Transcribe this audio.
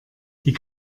die